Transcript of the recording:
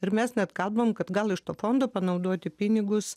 ir mes net kalbam kad gal iš to fondo panaudoti pinigus